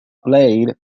played